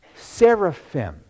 seraphim